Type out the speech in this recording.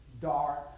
dark